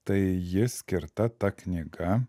tai ji skirta ta knyga